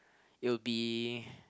it'll be